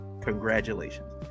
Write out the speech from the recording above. Congratulations